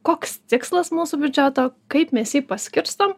koks tikslas mūsų biudžeto kaip mes jį paskirstom